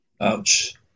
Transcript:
Ouch